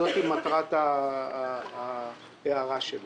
זוהי מטרת ההערה שלי.